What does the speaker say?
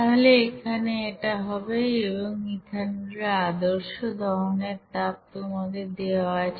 তাহলে এটা এখানে হবে এবং ইথানলের আদর্শ দহনের তাপ তোমাদের দেওয়া আছে